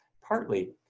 Partly